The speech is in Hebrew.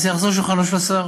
אז זה יחזור לשולחנו של השר